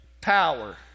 power